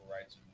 Rights